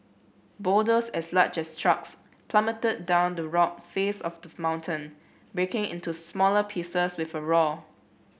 boulders as large as trucks plummeted down the rock face of the mountain breaking into smaller pieces with a roar